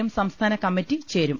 M സംസ്ഥാന കമ്മിറ്റി ചേരും